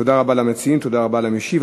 תודה רבה למציעים, תודה רבה למשיב.